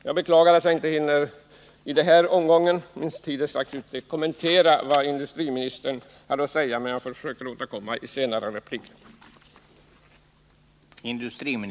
Jag beklagar att jag, eftersom min taletid nu är ute, inte hinner i denna omgång kommentera vad industriministern hade att säga, men jag skall försöka återkomma till det i en senare replik.